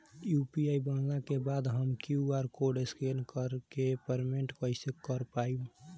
UPI बनला के बाद हम क्यू.आर कोड स्कैन कर के पेमेंट कइसे कर पाएम?